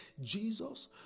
Jesus